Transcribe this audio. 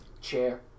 chair